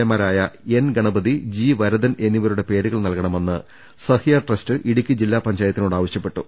എമാരായ N Ganapathi G Varadan എന്നിവരുടെ പേരുകൾ നൽകണ മെന്ന് സഹ്യ ട്രസ്റ്റ് ഇടുക്കി ജില്ലാ പഞ്ചായത്തിനോട് ആവശ്യപ്പെട്ടു